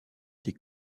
des